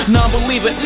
Non-believer